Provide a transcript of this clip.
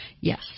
Yes